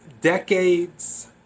decades